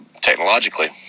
technologically